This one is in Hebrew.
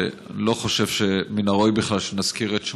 אני לא חושב שמן הראוי בכלל שנזכיר את שמו: